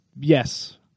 Yes